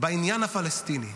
בעניין הפלסטיני.